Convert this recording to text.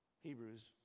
Hebrews